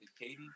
Katie